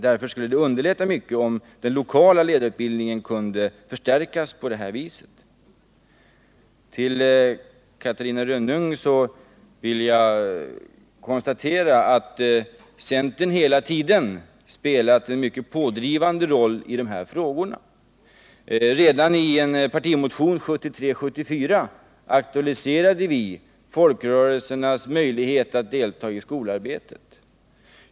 Därför skulle det underlätta mycket, om den lokala ledarutbildningen kunde förstärkas på det här viset. Till Catarina Rönnung vill jag säga att centern hela tiden spelat en mycket pådrivande roll i dessa frågor. Redan 1973/74 aktualiserade vi i en partimotion frågan om folkrörelsernas möjlighet att delta i skolarbetet.